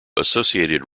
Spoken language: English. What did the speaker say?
associated